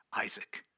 Isaac